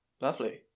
Lovely